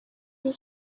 they